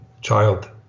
child